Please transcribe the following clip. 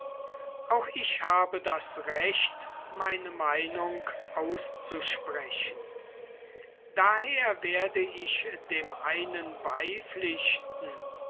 auch ich habe das recht meine meinung auszusprechen daher werde ich dem einen